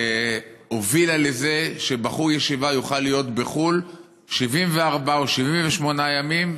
הובילה לזה שבחור ישיבה יוכל להיות בחו"ל 74 או 78 ימים,